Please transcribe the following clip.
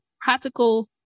practical